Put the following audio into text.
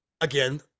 again